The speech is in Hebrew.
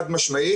חד משמעית.